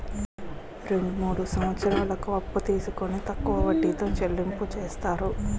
రెండు మూడు సంవత్సరాలకు అప్పు తీసుకొని తక్కువ వడ్డీతో చెల్లింపు చేస్తారు